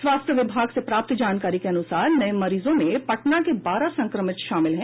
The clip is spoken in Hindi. स्वास्थ्य विभाग से प्राप्त जानकारी के अनुसार नये मरीजों में पटना के बारह संक्रमित शामिल हैं